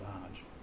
large